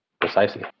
Precisely